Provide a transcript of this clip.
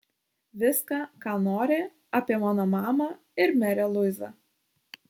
viską ką nori apie mano mamą ir merę luizą